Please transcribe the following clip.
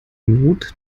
not